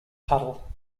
puddle